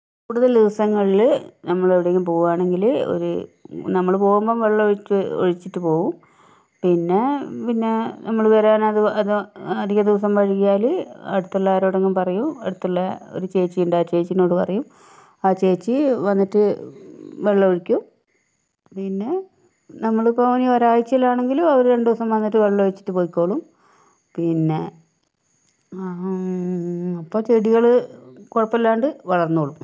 കൂടുതൽ ദിവസങ്ങളില് നമ്മൾ എവിടെയെങ്കിലും പോകുകയാണെങ്കില് ഒര് നമ്മള് പോവുമ്പം വെള്ളം ഒഴിച്ച് ഒഴിച്ചിട്ട് പോകും പിന്നെ പിന്നെ നമ്മള് വരാൻ അത് അത് അധിക ദിവസം വൈകിയാല് അടുത്തുള്ള ആരോടെങ്കിലും പറയും അടുത്തുള്ള ഒരു ചേച്ചിയുണ്ട് ആ ചേച്ചിനോട് പറയും ആ ചേച്ചി വന്നിട്ട് വെള്ളം ഒഴിക്കും പിന്നെ നങ്ങളിപ്പോൾ ഇനി ഒരാഴ്ചയില് ആണെങ്കിലും അവര് രണ്ട് ദിവസം വന്നിട്ട് വെള്ളം ഒഴിച്ചിട്ട് പൊയ്ക്കോളും പിന്നെ അപ്പോൾ ചെടികള് കുഴപ്പമില്ലാണ്ട് വളർന്നോളും